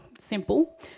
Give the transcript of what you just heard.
simple